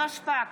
נירה שפק,